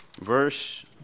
verse